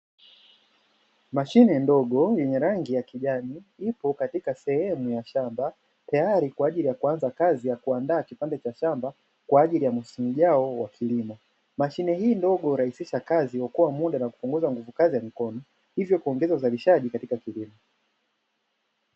Mashine ndogo yenye rangi ya kijani ipo katika sehemu ya shamba, tayari kwa ajili ya kuanza kuandaa kipande cha shamba kwa ajili ya msimu ujao wa kilimo. Mashine hii ndogo hurahisisha kazi, huokoa muda na kupunguza nguvu kazi ya mikono, hivyo kuongeza uzalishaji katika kilimo..